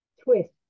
twist